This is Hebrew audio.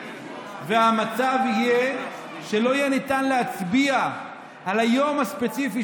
והמצב יהיה שלא יהיה ניתן להצביע על היום הספציפי,